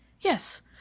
yes